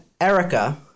Erica